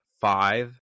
five